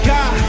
God